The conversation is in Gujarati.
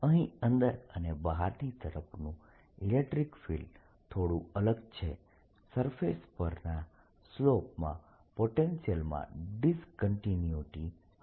અહીં અંદર અને બહારની તરફનું ઇલેકટ્રીક ફિલ્ડ થોડું અલગ છે સરફેસ પરના સ્લોપ માં પોટેન્શીયલમાં ડિસકન્ટિન્યુઇટી હશે